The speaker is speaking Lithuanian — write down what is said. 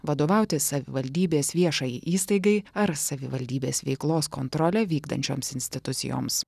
vadovauti savivaldybės viešajai įstaigai ar savivaldybės veiklos kontrolę vykdančioms institucijoms